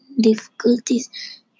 difficulties